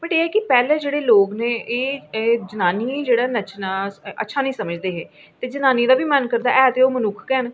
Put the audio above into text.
but पैह्लें जेह्ड़े लोक न एह् जनानियें गी जेह्ड़ा नच्चना अच्छा निं समझदे हे ते जनानियें दा बी मन करदा ऐ ओह् मनुक्ख गै न